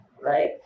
right